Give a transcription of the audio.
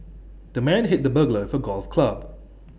the man hit the burglar for golf club